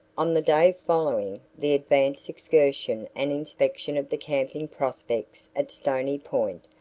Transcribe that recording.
on the day following the advance excursion and inspection of the camping prospects at stony point,